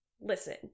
listen